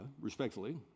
respectfully